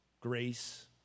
grace